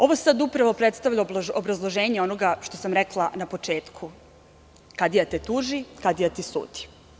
Ovo upravo predstavlja obrazloženje onoga što sam rekao na početku – kadija te tuži, kadija ti sudi.